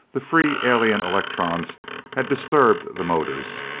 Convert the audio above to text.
the free alien electrons had disturbed the motors.